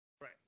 Right